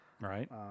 right